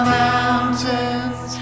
mountains